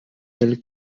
telle